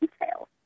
details